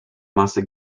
masy